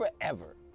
forever